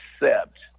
accept